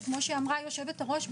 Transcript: וכמו שאמרה יושבת הראש,